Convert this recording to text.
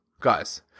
guys